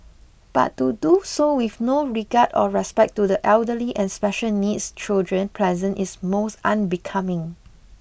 but to do so with no regard or respect to the elderly and special needs children present is most unbecoming